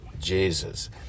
jesus